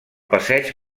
passeig